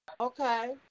Okay